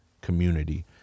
community